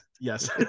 yes